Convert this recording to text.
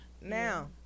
now